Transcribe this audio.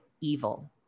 evil